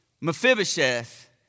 Mephibosheth